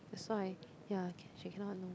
that's why ya she cannot